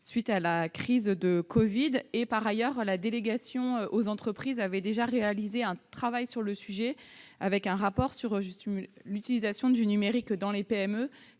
suite de la crise du covid. Par ailleurs, la délégation sénatoriale aux entreprises avait déjà réalisé un travail sur le sujet. Son rapport sur l'utilisation du numérique dans les PME